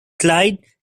clyde